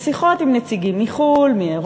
בשיחות עם נציגים מחוץ-לארץ,